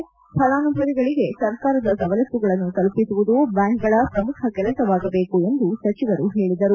ಫಲಾನುಭವಿಗಳಿಗೆ ಸರ್ಕಾರದ ಸವಲತ್ತುಗಳನ್ನು ತಲುಪಿಸುವುದು ಬ್ಯಾಂಕ್ಗಳ ಪ್ರಮುಖ ಕೆಲಸವಾಗಬೇಕು ಎಂದು ಸಚಿವರು ಹೇಳದರು